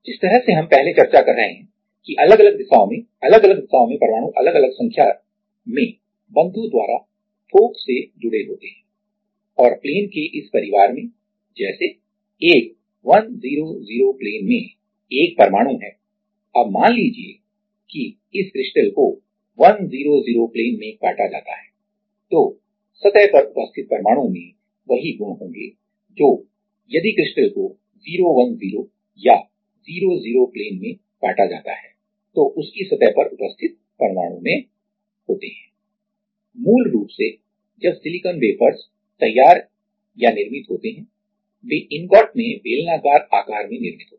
जिस तरह से हम पहले चर्चा कर रहे हैं कि अलग अलग दिशाओं में अलग अलग दिशाओं में परमाणु अलग अलग संख्या में बंधों द्वारा थोक से जुड़े होते हैं और प्लेन के इस परिवार में जैसे एक 100 प्लेन में एक परमाणु है अब मान लीजिए कि इस क्रिस्टल को 100 प्लेन में काटा जाता है तो सतह पर उपस्थित परमाणु में वही गुण होंगे जो यदि क्रिस्टल को 010 या 001 प्लेन में काटा जाता है तो उसकी सतह पर उपस्थित परमाणु में होंगे मूल रूप से जब सिलिकॉन वेफर्सsilicon wafers तैयार या निर्मित होते हैं वे इनगोट में बेलनाकार आकार में निर्मित होते हैं